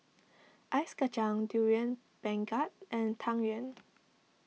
Ice Kachang Durian Pengat and Tang Yuen